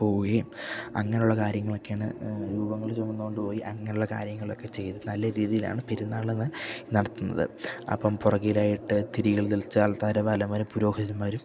പോവുകയും അങ്ങനെയുള്ള കാര്യങ്ങളൊക്കെയാണ് രൂപങ്ങൾ ചുമന്നുകൊണ്ടുപോയി അങ്ങനെയുള്ള കാര്യങ്ങളൊക്കെ ചെയ്ത് നല്ല രീതിയിലാണ് പെരുന്നാളന്ന് നടത്തുന്നത് അപ്പം പുറകിലായിട്ട് തിരികൾ തെളിച്ച് അൽത്താര ബാലന്മാരും പുരോഹിതന്മാരും